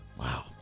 Wow